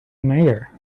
mayor